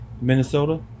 minnesota